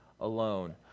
alone